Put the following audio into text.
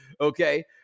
okay